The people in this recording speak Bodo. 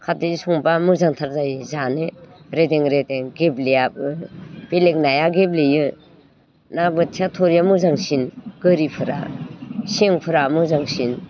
खारदैजों संबा मोजांथार जायो जानो रेदें रेदें गेब्लेयाबो बेलेक नाया गेब्लेयो ना बोथिया थुरिया मोजांसिन गोरिफोरा सेंफोरा मोजांसिन